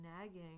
nagging